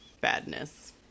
badness